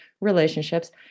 relationships